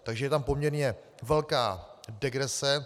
Takže je tam poměrně velká degrese.